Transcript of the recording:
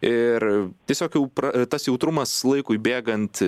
ir tiesiog jau pra tas jautrumas laikui bėgant